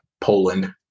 Poland